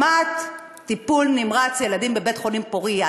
להקמת טיפול נמרץ ילדים בבית-חולים פוריה.